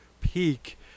peak